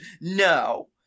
No